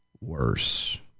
worse